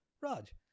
Raj